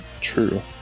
True